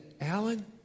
Alan